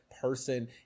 person